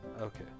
Okay